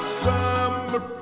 summer